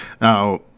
now